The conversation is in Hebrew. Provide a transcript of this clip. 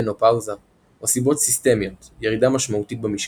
מנופאוזה או סיבות סיסטמיות ירידה משמעותית במשקל.